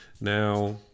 now